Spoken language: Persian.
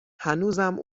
هنوزم